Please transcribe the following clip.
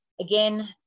Again